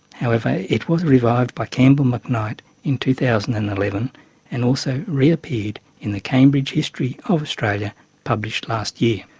however, it was revived by campell macknight in two thousand and eleven and also reappeared in the cambridge history of australia published last year.